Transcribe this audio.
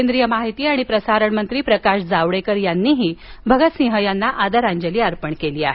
केंद्रीय माहिती आणि प्रसारणमंत्री प्रकाश जावडेकर यांनीही शहीद भगतसिंग यांना आदरांजली अर्पण केली आहे